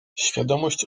świadomość